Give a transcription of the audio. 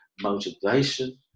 motivation